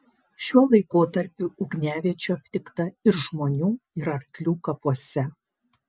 šiuo laikotarpiu ugniaviečių aptikta ir žmonių ir arklių kapuose